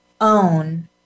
own